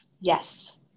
Yes